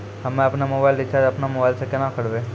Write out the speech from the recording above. हम्मे आपनौ mobile recharge आपनौ मोबाइल से केना करवै?